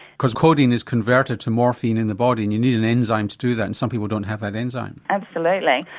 because codeine is converted to morphine in the body and you need an enzyme to do that and some people don't have that enzyme. absolutely,